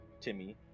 timmy